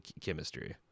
chemistry